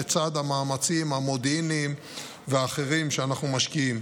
לצד המאמצים המודיעיניים והאחרים שאנחנו משקיעים.